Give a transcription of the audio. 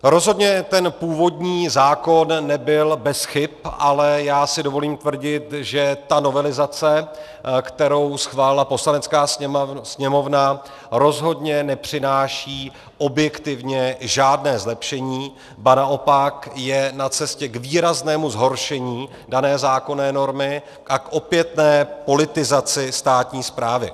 Rozhodně ten původní zákon nebyl bez chyb, ale já si dovolím tvrdit, že ta novelizace, kterou schválila Poslanecká sněmovna, rozhodně nepřináší objektivně žádné zlepšení, ba naopak je na cestě k výraznému zhoršení dané zákonné normy a k opětné politizaci státní správy.